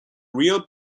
real